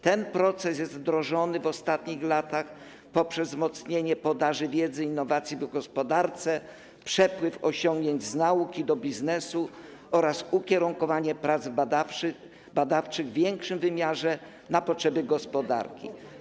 Ten proces jest wdrożony w ostatnich latach poprzez wzmocnienie podaży wiedzy i innowacji w gospodarce, przepływ osiągnięć z nauki do biznesu oraz ukierunkowanie prac badawczych w większym wymiarze na potrzeby gospodarki.